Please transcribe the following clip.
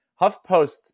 HuffPost